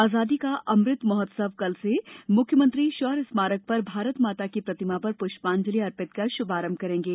आजादी का अमृत महोत्सव कल से मुख्यमंत्री शौर्य स्मारक पर भारत माता की प्रतिमा पर पुष्पांजलि अर्पित कर शुभारंभ करेंगे